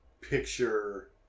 picture